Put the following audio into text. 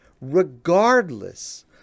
regardless